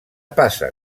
passa